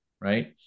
right